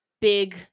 big